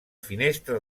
finestra